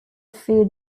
few